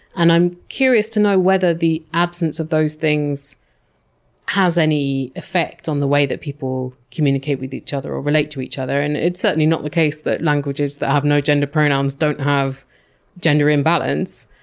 and i'm curious to know whether the absence of those things has any effect on the way that people communicate with each other or relate to each other. and it's certainly not the case that languages that have no gender pronouns don't have gender imbalance,